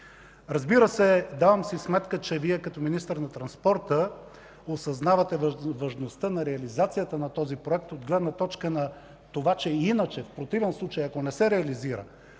Разбира се, давам си сметка, че Вие като министър на транспорта осъзнавате важността на реализацията на този проект от гледна точка на това, че иначе, в противен случай, ако не се реализира,